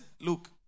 look